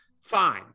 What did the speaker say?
Fine